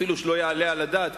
אפילו שלא יעלה על הדעת,